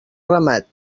ramat